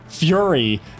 fury